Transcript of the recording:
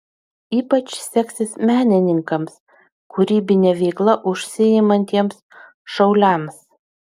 ypač seksis menininkams kūrybine veikla užsiimantiems šauliams